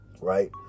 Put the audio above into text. right